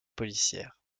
policière